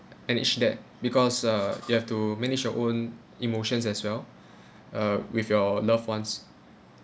manage that because uh you have to manage your own emotions as well uh with your loved ones